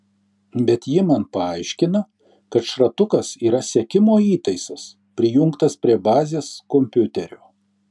bet ji man paaiškina kad šratukas yra sekimo įtaisas prijungtas prie bazės kompiuterio